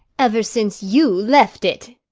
ever since you left it.